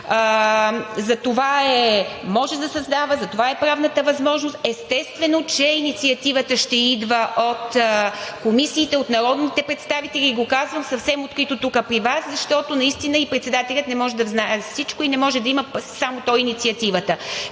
затова е „правната възможност“. Естествено, че инициативата ще идва от комисиите, от народните представители и го казвам съвсем открито тук при Вас, защото наистина и председателят не може да знае всичко, и не може да има сам той инициативата,